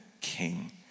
king